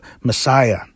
Messiah